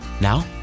Now